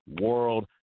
World